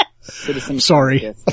sorry